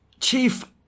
Chief